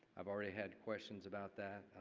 have already had questions about that.